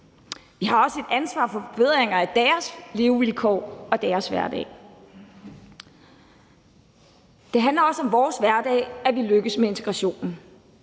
Vi har også et ansvar for forbedringer af deres levevilkår og deres hverdag. Kl. 13:35 Det handler også om vores hverdag, at vi lykkes med integrationen.